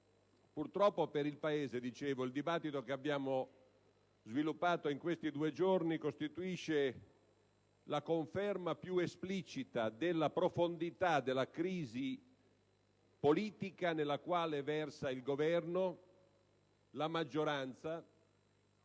molto bassa - il dibattito che abbiamo sviluppato in questi due giorni costituisce la conferma più esplicita della profondità della crisi politica nella quale versa il Governo e la maggioranza,